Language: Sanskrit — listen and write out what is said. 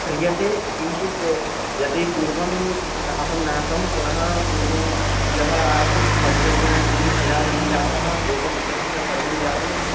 क्रियते किञ्चित् यदि पुर्वम् अहं नासं पुनः पुर्वं यः आसीत् मध्ये तु किञ्चित् विरामः जातः एवम् इतस्ततः सर्वं जातं